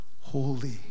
holy